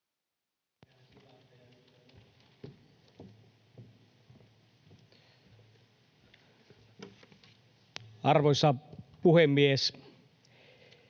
Arvoisa puhemies!